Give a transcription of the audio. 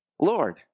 lord